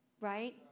right